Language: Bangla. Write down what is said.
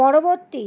পরবর্তী